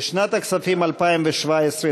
לשנת הכספים 2017,